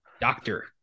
Doctor